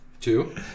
Two